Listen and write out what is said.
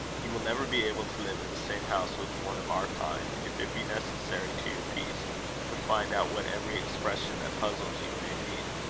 you will never be able to live in the same house with one of our kind, if it be necessary to your peace to find out what every expression that puzzles you may mean.